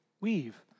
weave